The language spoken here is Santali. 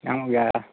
ᱧᱟᱢᱚᱜ ᱜᱮᱭᱟ